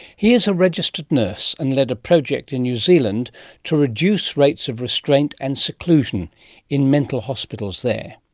he is a registered nurse and led a project in new zealand to reduce rates of restraint and seclusion in mental hospitals there.